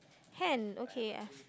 hand okay